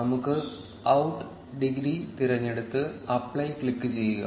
നമുക്ക് out degree തിരഞ്ഞെടുത്ത് apply ക്ലിക്കുചെയ്യുക